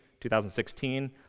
2016